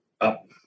up